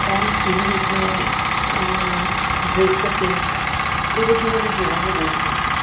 કોણ કેવી રીતનું ડ્રેસઅપિંગ એ બધું મને જોવાનું બહુ ગમે